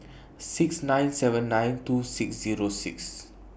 six nine seven nine two six Zero six